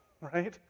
right